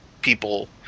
people